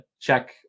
check